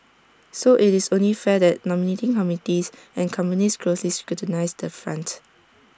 so IT is only fair that nominating committees and companies closely scrutinise that front